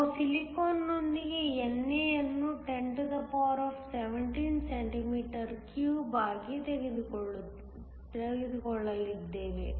ನಾನು ಸಿಲಿಕಾನ್ ನೊಂದಿಗಿನ NA ಅನ್ನು 1017 cm 3 ಆಗಿ ತೆಗೆದುಕೊಳ್ಳಲಿದ್ದೇನೆ